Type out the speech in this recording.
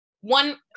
one